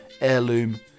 heirloom